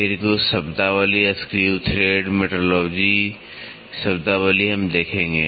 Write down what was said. फिर कुछ शब्दावली screw thread metrology （screw thread metrology ）शब्दावली हम देखेंगे